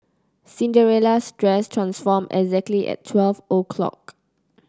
Cinderella's dress transformed exactly at twelve o'clock